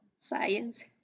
science